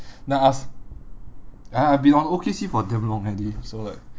then I ask ya I have been on O_K_C for damn long already so like